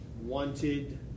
wanted